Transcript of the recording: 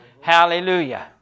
Hallelujah